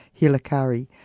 Hilakari